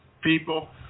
people